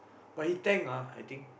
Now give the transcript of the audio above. but he tank lah I think